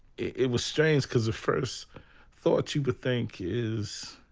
it was strange, because the first thought you would think is,